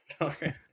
okay